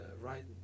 right